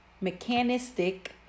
mechanistic